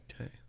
okay